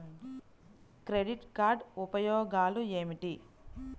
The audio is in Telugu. క్రెడిట్ కార్డ్ ఉపయోగాలు ఏమిటి?